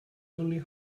only